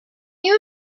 you